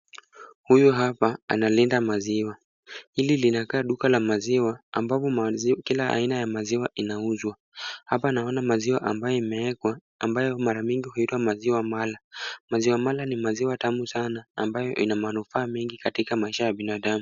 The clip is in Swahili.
Huyu hapa analinda maziwa ,hili linakaa duka la maziwa ambapo kila aina ya maziwa inauzwa , hapa naona maziwa ambayo imewekwa ambayo mara mingi uitwa maziwa mala , maziwa mala ni maziwa tamu sana ambayo ina manufaa mengi katika maisha ya binadamu.